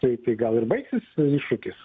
taip gal ir baigsis iššūkis